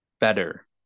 better